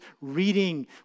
reading